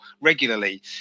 regularly